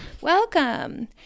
Welcome